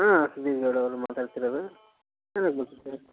ಹಾಂ ಸುಧೀಂದ್ರರವ್ರು ಮಾತಾಡ್ತಿರೋದು ಏನಾಗ್ಬೇಕಿತ್ತು ಸರ್